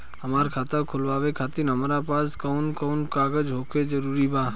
हमार खाता खोलवावे खातिर हमरा पास कऊन कऊन कागज होखल जरूरी बा?